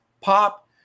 pop